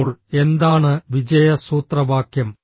അപ്പോൾ എന്താണ് വിജയ സൂത്രവാക്യം